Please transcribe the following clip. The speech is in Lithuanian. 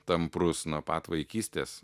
tamprus nuo pat vaikystės